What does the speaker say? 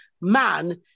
man